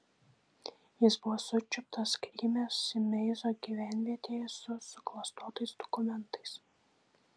jis buvo sučiuptas kryme simeizo gyvenvietėje su suklastotais dokumentais